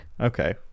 okay